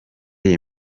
iyi